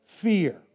fear